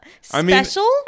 Special